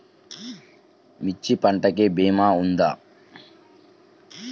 మిర్చి పంటకి భీమా ఉందా?